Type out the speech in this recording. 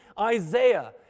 Isaiah